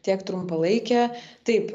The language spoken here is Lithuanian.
tiek trumpalaikę taip